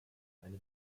eine